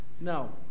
Now